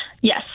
Yes